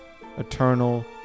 eternal